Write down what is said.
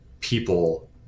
people